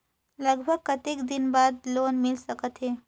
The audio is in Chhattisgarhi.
लगभग कतेक दिन बार लोन मिल सकत हे?